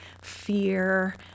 fear